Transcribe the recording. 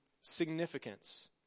significance